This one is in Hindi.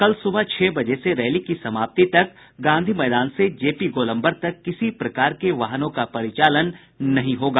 कल सुबह छह बजे से रैली की समाप्ति तक गांधी मैदान से जे पी गोलम्बर तक किसी प्रकार के वाहनों का परिचालन नहीं होगा